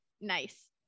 Nice